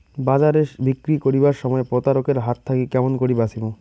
বাজারে বিক্রি করিবার সময় প্রতারক এর হাত থাকি কেমন করি বাঁচিমু?